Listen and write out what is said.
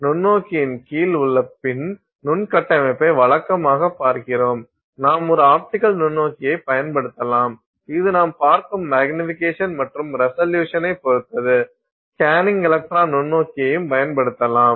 நுண்ணோக்கின் கீழ் உள்ள பின் நுண் கட்டமைப்பை வழக்கமாகப் பார்க்கிறோம் நாம் ஒரு ஆப்டிகல் நுண்ணோக்கியைப் பயன்படுத்தலாம் இது நாம் பார்க்கும் மேக்நிஃபிகேஷன் மற்றும் ரெசல்யூசன் ஐ பொறுத்தது ஸ்கேனிங் எலக்ட்ரான் நுண்ணோக்கியையும் பயன்படுத்தலாம்